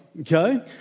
okay